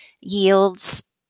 yields